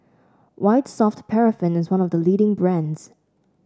White Soft Paraffin is one of the leading brands